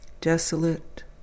Desolate